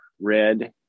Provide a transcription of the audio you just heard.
red